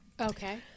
Okay